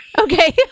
Okay